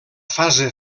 fase